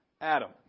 Adam